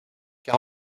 car